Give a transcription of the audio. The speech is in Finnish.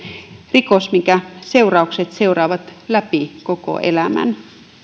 rikos minkä seuraukset seuraavat läpi koko elämän